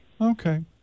Okay